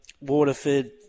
Waterford